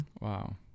Wow